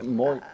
more